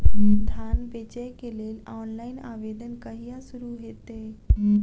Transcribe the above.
धान बेचै केँ लेल ऑनलाइन आवेदन कहिया शुरू हेतइ?